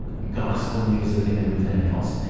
gospel music and everything else.